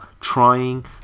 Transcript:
trying